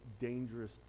dangerous